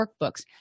workbooks